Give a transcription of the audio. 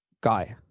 guy